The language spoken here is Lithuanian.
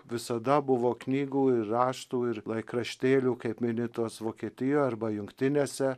visada buvo knygų ir raštų ir laikraštėlių kaip mini tuos vokietijoj arba jungtinėse